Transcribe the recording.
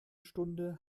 stunde